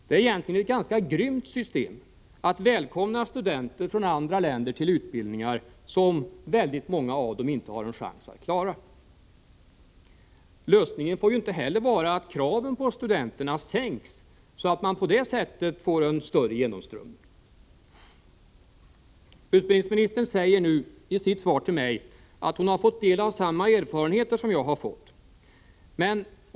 Det är egentligen ett ganska grymt system att välkomna studenter från andra länder till utbildningar som många av dem inte har en chans att klara. Lösningen får ju inte vara att kraven på studenterna sänks för att man på det sättet skall kunna få en större genomströmning. Utbildningsministern säger nu i sitt svar till mig att hon har fått del av samma erfarenheter som jag har fått.